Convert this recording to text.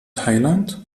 thailand